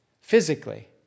physically